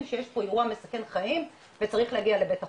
שיש פה אירוע מסכן חיים וצריך להגיע לבית החולים.